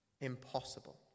Impossible